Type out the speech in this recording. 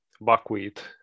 buckwheat